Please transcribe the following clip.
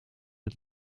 het